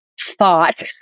thought